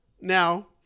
Now